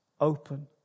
open